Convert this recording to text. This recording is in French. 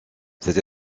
cette